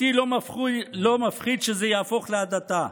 אותי לא מפחיד שזה יהפוך להדתה.